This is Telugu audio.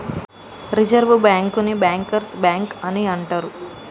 రిజర్వ్ బ్యాంకుని బ్యాంకర్స్ బ్యాంక్ అని అంటరు